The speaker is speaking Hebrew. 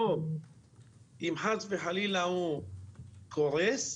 או אם חס וחלילה הוא קורס,